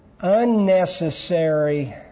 unnecessary